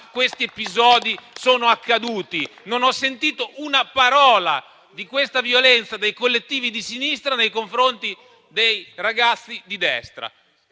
questi episodi sono accaduti. Non ho sentito una parola su questa violenza dei collettivi di sinistra nei confronti dei ragazzi di destra.